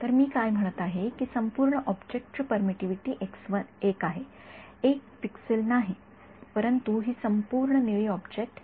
तर मी काय म्हणत आहे की या संपूर्ण ऑब्जेक्टची परमिटिव्हिटी आहे एक पिक्सेल नाही परंतु ही संपूर्ण निळे ऑब्जेक्ट आहे